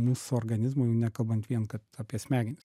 mūsų organizmui jau nekalbant vien kad apie smegenis